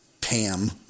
pam